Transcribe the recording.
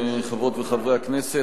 חברות וחברי הכנסת,